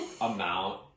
amount